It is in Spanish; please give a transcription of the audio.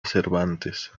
cervantes